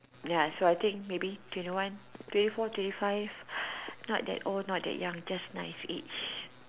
ya so I think maybe twenty one twenty four twenty five not that old not that young just nice age